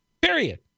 period